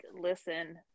listen